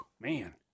Man